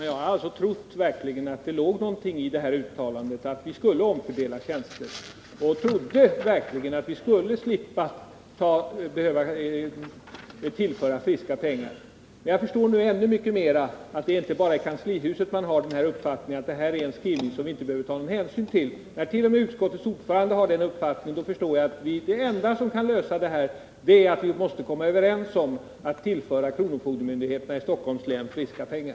Herr talman! Jag har faktiskt trott att det låg någonting i uttalandet att vi skulle omfördela tjänster. Jag trodde verkligen att vi inte skulle behöva tillföra myndigheterna friska pengar. Men jag förstår nu ännu bättre att det inte bara är i kanslihuset som man har uppfattningen att denna skrivning inte är någonting som vi behöver ta hänsyn till, eftersom t.o.m. utskottets ordförande har redovisat samma uppfattning. Jag förstår också att det enda som kan lösa problemet är att vi kommer överens om att tillföra kronofogdemyndigheterna i Stockholms län friska pengar.